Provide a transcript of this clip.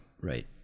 Right